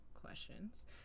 questions